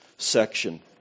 Section